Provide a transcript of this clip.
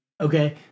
Okay